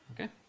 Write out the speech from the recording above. Okay